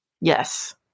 Yes